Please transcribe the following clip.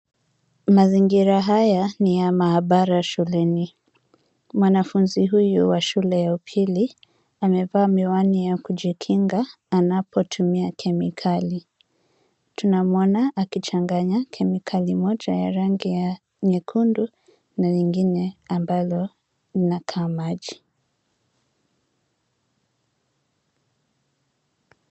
Mazingira haya ni ya maabara ya shule. Mwanafunzi huyu wa shule ya upili amevaa miwani ya kujikinga anapotumia kemikali. Tunamwona akichanganya kemikali moja ya rangi nyekundu na nyingine ambayo inakaa maji.